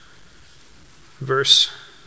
verse